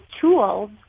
tools